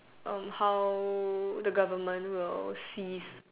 how the government will cease